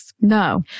No